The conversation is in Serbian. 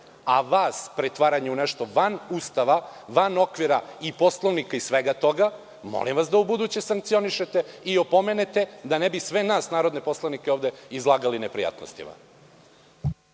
a vas pretvaranje u nešto van Ustava, van okvira i Poslovnika i svega toga, da ubuduće sankcionišete i opomenete da ne bi sve nas narodne poslanike ovde izlagali neprijatnostima.